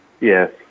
yes